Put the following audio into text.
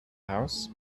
house